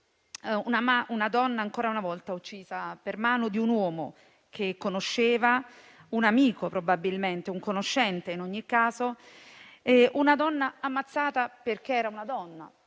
una donna ancora una volta uccisa per mano di un uomo che conosceva, probabilmente un amico, un conoscente in ogni caso. Una donna ammazzata perché era una donna.